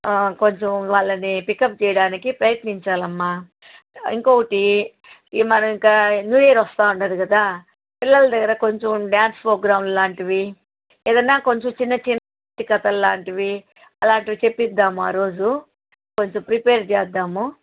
కొంచెం వాళ్ళని పికప్ చేయడానికి ప్రయత్నించాలి అమ్మా ఇంకొకటి ఈ మన న్యూ ఇయర్ వస్తుంది కదా పిల్లల దగ్గర కొంచెం డాన్స్ ప్రోగ్రామ్ లాంటివి ఏదన్నా కొంచెం చిన్న చిన్న కథలు లాంటివి అలాంటివి చెప్పిద్దాం ఆ రోజు కొంచెం ప్రిపేర్ చేద్దాము